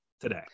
today